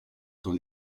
dans